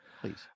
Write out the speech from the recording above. Please